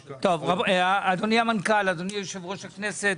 אדוני המנכ"ל, אדוני יושב-ראש הכנסת,